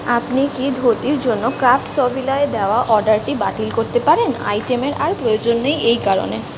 আপনি কি ধোতির জন্য ক্রাফ্টসভিলায় দেওয়া অর্ডারটি বাতিল করতে পারেন আইটেমের আর প্রয়োজন নেই এর কারণে